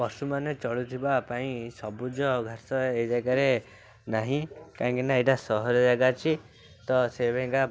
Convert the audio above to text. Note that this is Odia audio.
ପଶୁମାନେ ଚଳିଯିବା ପାଇଁ ସବୁଜଘାସ ଏ ଜାଗାରେ ନାହିଁ କାହିଁକିନା ଏଇଟା ସହର ଜାଗା ଅଛି ତ ସେଇ ପାଇଁକା